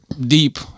deep